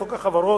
חוק החברות,